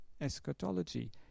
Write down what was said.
eschatology